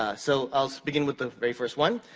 ah so, i'll begin with the very first one.